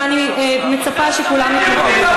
ואני מצפה שכולם יתמכו.